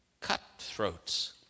cutthroats